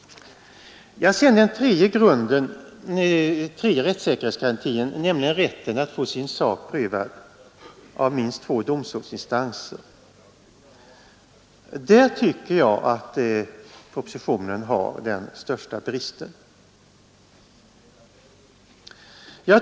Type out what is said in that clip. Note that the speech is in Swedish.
Den tredje rättssäkerhetsgarantin, nämligen rätten att få sin sak prövad av minst två domstolsinstanser, är en punkt där jag tycker att propositionen har den största bristen.